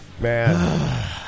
Man